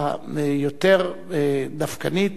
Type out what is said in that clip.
היותר-דווקנית